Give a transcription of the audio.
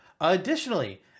Additionally